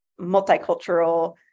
multicultural